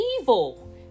evil